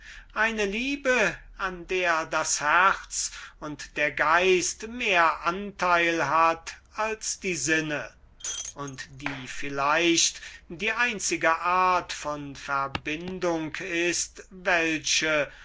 eine liebe an der das herz und der geist mehr anteil nimmt als die sinnen und die vielleicht die einzige art von verbindung ist welche